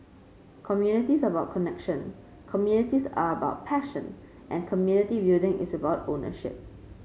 communities are about connection communities are about passion and community building is about ownership